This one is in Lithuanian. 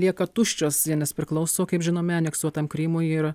lieka tuščios vienas priklauso kaip žinome aneksuotam krymui ir